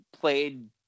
played